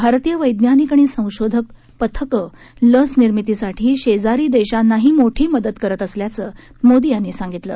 भारतीय वैज्ञानिक आणि संशोधक पथकं लस निर्मितीसाठी शेजारी देशांनाही मोठी मदत करत असल्याचं मोदी यांनी सांगितलं